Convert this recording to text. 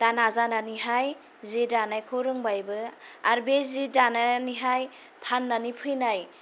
दा नाजानानैहाय जि दानायखौ रोंबायबो आरो बे जि दानानैहाय फाननानै फैनाय